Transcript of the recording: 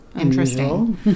interesting